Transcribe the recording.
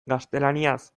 gaztelaniaz